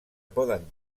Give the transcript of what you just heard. poden